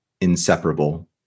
inseparable